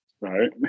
Right